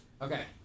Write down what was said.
Okay